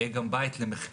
הוא יהיה גם בית למחקר.